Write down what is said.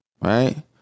Right